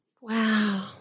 Wow